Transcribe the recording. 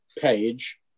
page